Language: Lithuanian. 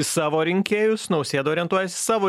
savo rinkėjus nausėda orientuojas į savo